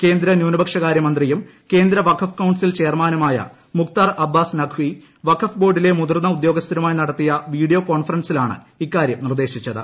കേന്ദ്ര ന്യൂനപക്ഷകാര്യ മന്ത്രിയും കേന്ദ്ര വഖഫ് കൌൺസിൽ ചെയർമാനുമായ മുഖ്താർ അബ്ബാസ് നഖി വഖഫ് ബോർഡിലെ മുതിർന്ന ഉദ്യോഗസ്ഥരുമായി നടത്തിയ വീഡിയോ കോൺഫറൻസിലാണ് ഇക്കാര്യം നിർദേശിച്ചത്